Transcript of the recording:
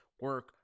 Work